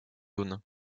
zone